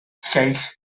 lleill